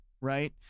right